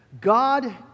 God